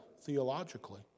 theologically